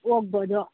ಹೋಗ್ಬೋದು